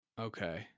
Okay